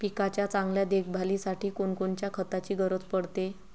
पिकाच्या चांगल्या देखभालीसाठी कोनकोनच्या खताची गरज पडते?